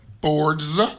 boards